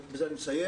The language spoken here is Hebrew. בזאת אני מסיים